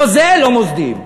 לא זה, לא מוסדיים.